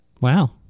Wow